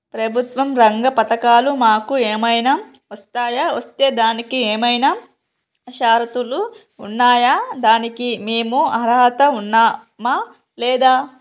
ప్రభుత్వ రంగ పథకాలు మాకు ఏమైనా వర్తిస్తాయా? వర్తిస్తే దానికి ఏమైనా షరతులు ఉన్నాయా? దానికి మేము అర్హత ఉన్నామా లేదా?